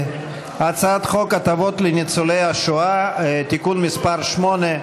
הצעת חוק הטבות לניצולי השואה (תיקון מס' 8),